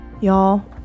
Y'all